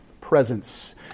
presence